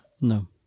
No